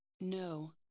No